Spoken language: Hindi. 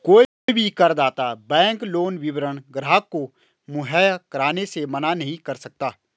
कोई भी करदाता बैंक लोन विवरण ग्राहक को मुहैया कराने से मना नहीं कर सकता है